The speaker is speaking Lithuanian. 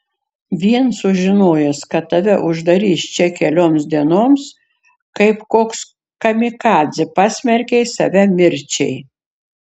vien sužinojęs kad tave uždarys čia kelioms dienoms kaip koks kamikadzė pasmerkei save mirčiai